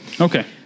Okay